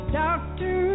doctor